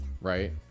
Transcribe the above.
right